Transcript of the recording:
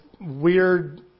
weird